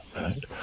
right